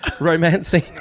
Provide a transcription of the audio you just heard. romancing